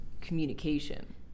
communication